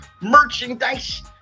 merchandise